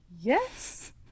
Yes